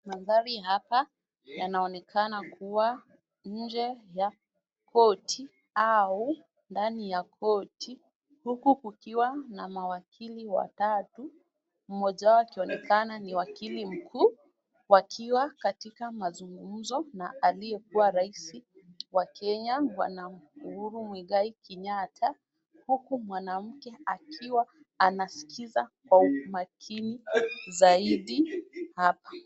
Mandhari hapa yanaonekana kuwa nje ya korti au ndani ya korti huku kukiwa na mawakili watatu, mmoja wao akionekana ni wakili mkuu wakiwa katika mazungumzo na aliyekuwa rais wa Kenya Bwana Uhuru Mwigai Kenyatta, huku mwanamke akiwa anaskiza kwa umakini zaidi hapa.